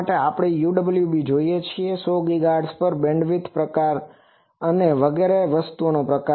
તો ખૂબ સરસ રીઝોલ્યુશન મેળવવા આપણને UWB જોઈએ છે 10 ગીગાહર્ટ્ઝ પર બેન્ડવિડ્થનો પ્રકાર અને વગેરે વસ્તુનો પ્રકાર